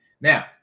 Now